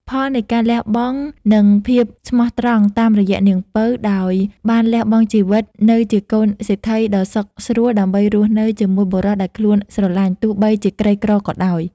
ផលនៃការលះបង់និងភាពស្មោះត្រង់តាមរយៈនាងពៅដោយបានលះបង់ជីវិតនៅជាកូនសេដ្ឋីដ៏សុខស្រួលដើម្បីរស់នៅជាមួយបុរសដែលខ្លួនស្រលាញ់ ទោះបីជាក្រីក្រក៏ដោយ។